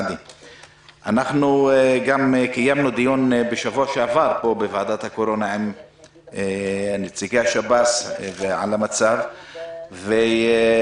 קיימנו גם דיון בשבוע שעבר בוועדת הקורונה עם נציגי השב"ס על המצב ואנחנו